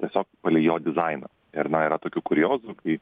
tiesiog palei jo dizainą ir na yra tokių kuriozų kai